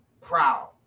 proud